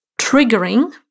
triggering